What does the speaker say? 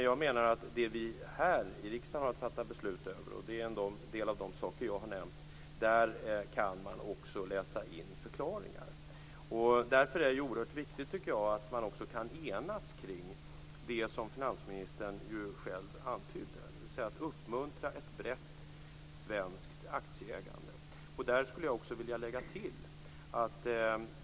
Jag menar att man kan läsa in förklaringar i det vi i riksdagen har att fatta beslut över - det är en del av de saker jag har nämnt. Därför är det oerhört viktigt, tycker jag, att man också kan enas kring det som finansministern själv antydde, dvs. att uppmuntra ett brett svenskt aktieägande. Där skulle jag också vilja lägga till följande.